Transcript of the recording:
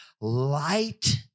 light